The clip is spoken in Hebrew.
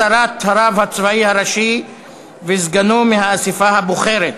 הסרת הרב הצבאי הראשי וסגנו מהאספה הבוחרת),